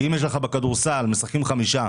כי אם בכדורסל משחקים חמישה,